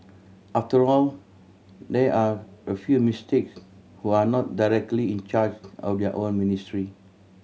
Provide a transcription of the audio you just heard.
after all there are a few mistakes who are not directly in charge of their own ministry